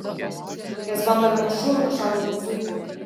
jos bando vienu šūviu nušauti daug zuikių